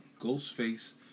Ghostface